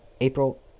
April